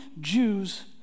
Jews